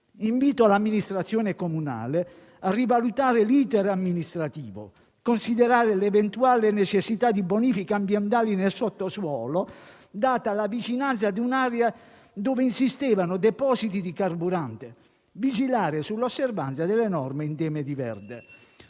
Invito l'amministrazione comunale a rivalutare l'*iter* amministrativo; e considerare l'eventuale necessità di bonifiche ambientali nel sottosuolo, data la vicinanza di un'area dove insistevano depositi di carburante, e a vigilare sull'osservanza delle norme in tema di verde.